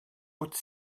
haute